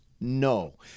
no